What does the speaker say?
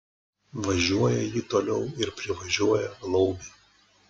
važiuoja ji toliau ir privažiuoja laumę